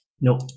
Nope